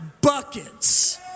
buckets